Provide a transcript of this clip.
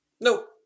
Nope